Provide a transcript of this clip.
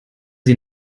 sie